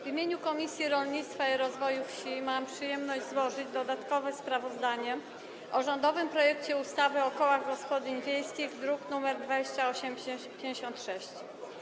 W imieniu Komisji Rolnictwa i Rozwoju Wsi mam przyjemność złożyć dodatkowe sprawozdanie o rządowym projekcie ustawy o kołach gospodyń wiejskich, druk nr 2856.